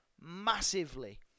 massively